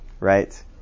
right